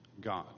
God